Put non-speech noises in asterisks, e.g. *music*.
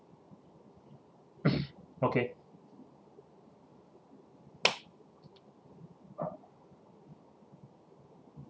*noise* okay